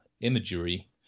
imagery